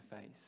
face